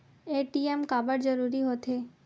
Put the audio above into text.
ATM काबर जरूरी हो थे?